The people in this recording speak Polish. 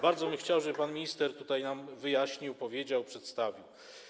Bardzo bym chciał, żeby pan minister tutaj nam to wyjaśnił, powiedział, przedstawił.